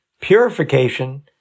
purification